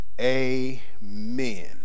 Amen